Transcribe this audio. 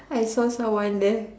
I saw someone there